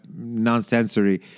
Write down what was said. nonsensory